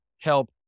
help